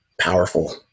powerful